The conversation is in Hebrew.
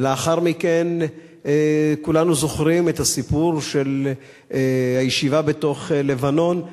ולאחר מכן כולנו זוכרים את הסיפור של הישיבה בתוך לבנון.